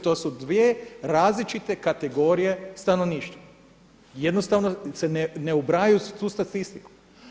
To su dvije različite kategorije stanovništva, jednostavno se ne ubrajaju u tu statistiku.